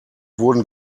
wurden